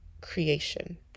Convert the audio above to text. creation